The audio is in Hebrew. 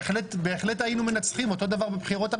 בתור.